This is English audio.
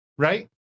right